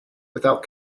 without